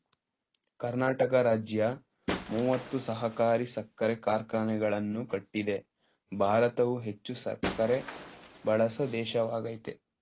ಕರ್ನಾಟಕ ರಾಜ್ಯ ಮೂವತ್ತು ಸಹಕಾರಿ ಸಕ್ಕರೆ ಕಾರ್ಖಾನೆಗಳನ್ನು ಕಟ್ಟಿದೆ ಭಾರತವು ಹೆಚ್ಚು ಸಕ್ಕರೆ ಬಳಸೋ ದೇಶವಾಗಯ್ತೆ